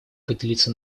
поделиться